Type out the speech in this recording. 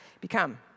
become